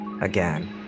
again